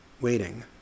waiting